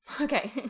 Okay